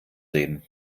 reden